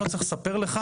אני לא צריך לספר לך,